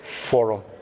forum